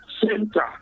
center